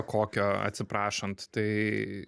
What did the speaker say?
kokio atsiprašant tai